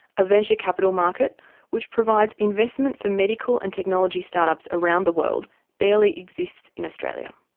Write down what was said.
a venture capital market which provides investment for medical and technology start-ups around the world barely exists in australia.